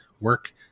work